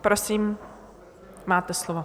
Prosím, máte slovo.